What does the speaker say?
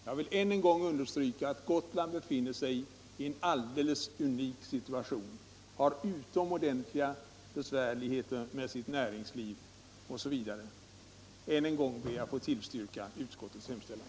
Ånyo vill jag understryka att Gotland genom sitt läge befinner sig i en alldeles unik situation. Dessutom har ön utomordentliga besvärligheter med sitt näringsliv, osv. Än en gång ber jag att få tillstyrka utskottets hemställan.